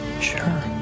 Sure